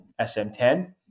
SM10